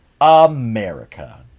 america